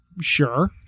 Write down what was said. Sure